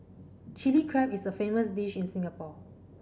Chilli Crab is a famous dish in Singapore